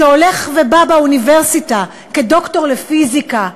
שהולך ובא באוניברסיטה כדוקטור לפיזיקה,